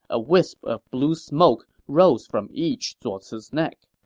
a wisp of blue smoke rose from each zuo ci's neck.